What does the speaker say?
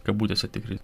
kabutėse tikri